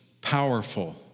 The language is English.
powerful